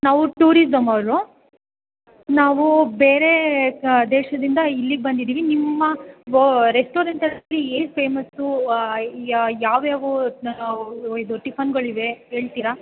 ನಾವು ಟೂರಿಸಂ ಅವರು ನಾವು ಬೇರೆ ದೇಶದಿಂದ ಇಲ್ಲಿಗೆ ಬಂದಿದ್ದೀವಿ ನಿಮ್ಮ ರೆಸ್ಟೋರೆಂಟಲ್ಲಿ ಏನು ಫೇಮಸ್ಸು ಯಾವ್ಯಾವ ಇದು ಟಿಫನ್ಗಳಿವೆ ಹೇಳ್ತೀರಾ